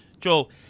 Joel